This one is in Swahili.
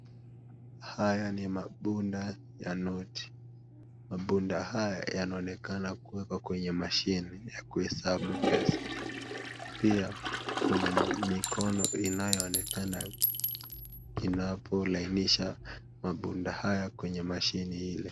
Haya ni mabunda ya noti. Mabunda haya yanaonekana kuwekwa kwenye mashini ya kuhesabu pesa. Pia kuna mikono inayoonekana kinapolainisha mabunda haya kwenye mashini hili.